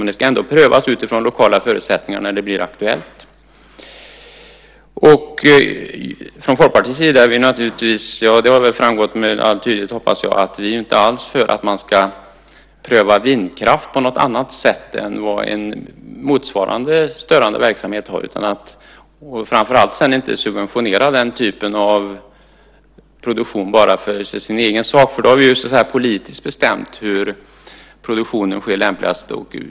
Men det ska ändå prövas utifrån lokala förutsättningar när det blir aktuellt. Jag hoppas att det med all tydlighet har framgått att vi från Folkpartiets sida inte alls är för att man ska pröva vindkraft på något annat sätt än motsvarande störande verksamhet. Man ska framför allt inte subventionera den typen av produktion för sin egen skull. Vi har politiskt bestämt var produktionen sker lämpligast.